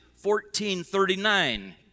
1439